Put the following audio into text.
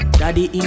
daddy